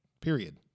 period